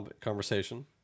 conversation